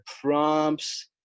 prompts